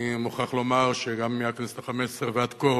אני מוכרח לומר שמהכנסת החמש-עשרה ועד כה